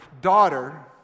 daughter